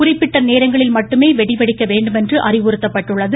குறிப்பிட்ட நேரங்களில் மட்டுமே வெடி வெடிக்க வேண்டுமென்று அறிவுறுத்தப்பட்டுள்ளது